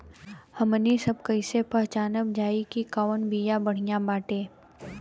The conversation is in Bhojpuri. हमनी सभ कईसे पहचानब जाइब की कवन बिया बढ़ियां बाटे?